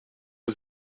een